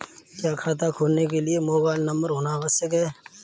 क्या खाता खोलने के लिए मोबाइल नंबर होना आवश्यक है?